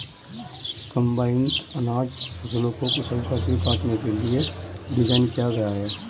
combines अनाज फसलों को कुशलता से काटने के लिए डिज़ाइन किया गया है